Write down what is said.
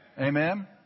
Amen